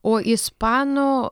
o ispanų